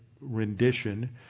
rendition